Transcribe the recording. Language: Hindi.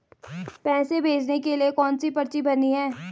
पैसे भेजने के लिए कौनसी पर्ची भरनी है?